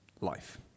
life